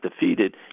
defeated